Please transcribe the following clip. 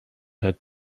had